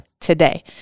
today